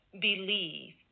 believe